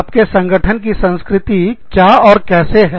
आपके संगठन की संस्कृति क्या और कैसे है